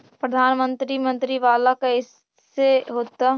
प्रधानमंत्री मंत्री वाला कैसे होता?